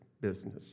business